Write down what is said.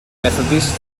methodist